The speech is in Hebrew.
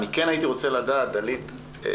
אני כן הייתי רוצה לדעת, דלית,